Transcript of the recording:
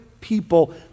people